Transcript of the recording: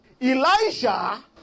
Elijah